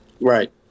Right